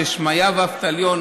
ששמעיה ואבטליון,